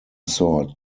sort